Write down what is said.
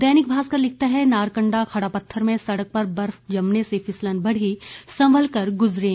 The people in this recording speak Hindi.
दैनिक भास्कर लिखता है नारकंडा खड़पत्थर में सड़क पर बर्फ जमने से फिसलन बढ़ी संभल कर गुजरें